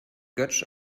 götsch